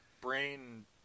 brain